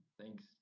thanks